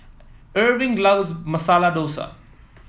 Irving loves Masala Dosa